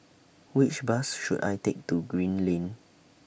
Which Bus should I Take to Green Lane